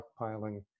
stockpiling